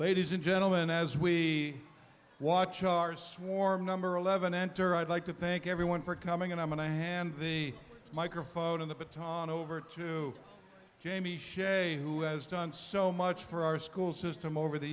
ladies and gentlemen as we watch our swarm number eleven enter i'd like to thank everyone for coming and i'm going to hand the microphone in the baton over to jamie shea who has done so much for our school system over the